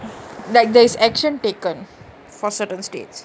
like there is action taken for certain states